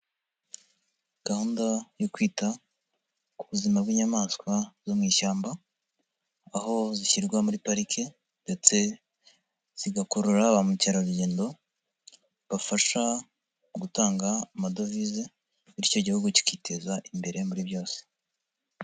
Gahunda yo kwita ku buzima bw'inyamaswa zo mu ishyamba aho zishyirwa muri pariki ndetse zigakurura ba mukerarugendo bafasha mu gutanga amadovize bityo Igihugu kikiteza imbere muri byose.